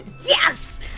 yes